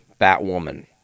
Batwoman